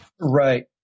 Right